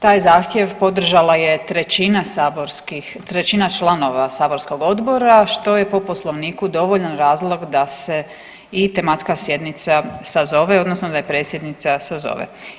Taj zahtjev podržala je trećina članova saborskog odbora što je po Poslovniku dovoljan razlog da se i tematska sjednica sazove, odnosno da je predsjednica sazove.